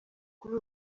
kuri